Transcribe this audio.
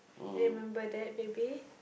remember that baby